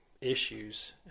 issues